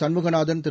Shanmuganathan Thiru